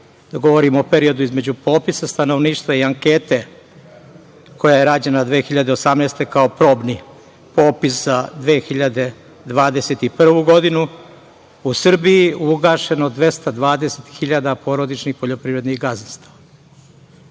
govorim o periodu između popisa stanovništva i ankete koja je rađena 2018. godine, kao probni popis za 2021. godinu, u Srbiji je ugašeno 220.000 porodičnih poljoprivrednih gazdinstava?